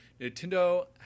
Nintendo